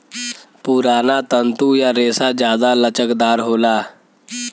पुराना तंतु या रेसा जादा लचकदार होला